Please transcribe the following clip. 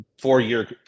four-year